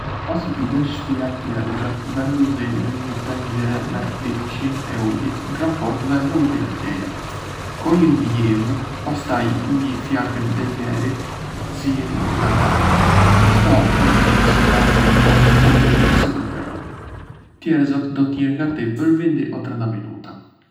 Pasi t'i kesh shpëlarë thjerrëzat, vendosi në një tenxhere me dyfishin e ujit në raport me vëllimin e tyre. Çoji në vlim, pastaj ul flakën dhe lëri të ziejnë ngadalë. Shto erëza si dafinë ose hudhër nëse preferon. Thjerrëzat do të jenë gati për njëzet-tridhjet minuta.